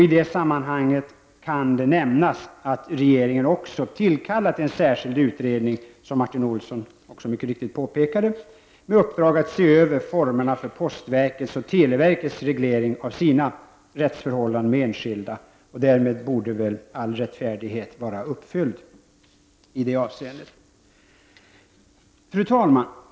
I det sammanhanget kan det nämnas att regeringen har tillkallat en särskild utredning, vilket Martin Olsson mycket riktigt påpekade, med uppdrag att se över formerna för postverkets och televerkets reglering av sina rättsförhållanden med enskilda. Därmed borde väl i det avseendet all rättfärdighet vara uppfylld. Fru talman!